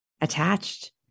attached